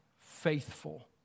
faithful